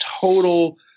total